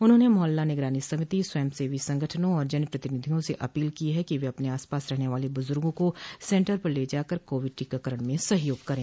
उन्होंने मोहल्ला निगरानी समिति स्वयं सेवी संगठनों और जनप्रतिनिधियों से अपील की है कि वे अपने आसपास रहने वाले बुजुर्गों को सेन्टर पर ले जाकर कोविड टीकाकरण में सहयोग करें